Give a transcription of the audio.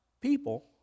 people